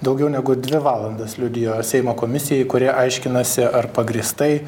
daugiau negu dvi valandas liudijo seimo komisijai kuri aiškinasi ar pagrįstai